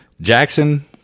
Jackson –